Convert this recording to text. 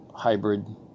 hybrid